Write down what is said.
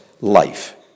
life